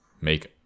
make